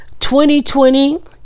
2020